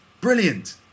brilliant